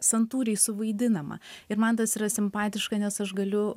santūriai suvaidinama ir man tas yra simpatiška nes aš galiu